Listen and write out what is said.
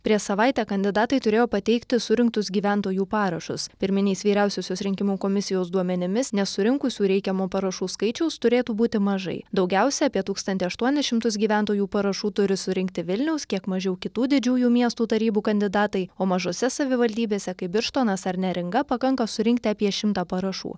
prieš savaitę kandidatai turėjo pateikti surinktus gyventojų parašus pirminiais vyriausiosios rinkimų komisijos duomenimis nesurinkusių reikiamo parašų skaičiaus turėtų būti mažai daugiausia apie tūkstantį aštuonis šimtus gyventojų parašų turi surinkti vilniaus kiek mažiau kitų didžiųjų miestų tarybų kandidatai o mažose savivaldybėse kaip birštonas ar neringa pakanka surinkti apie šimtą parašų